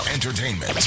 Entertainment